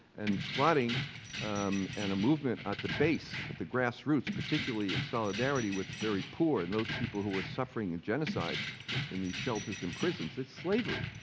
and squatting um and a movement at the base, at the grassroots, particularly in solidarity with very poor and those people who were suffering in genocide in these shelters in prisons. it's slavery,